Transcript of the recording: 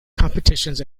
competitions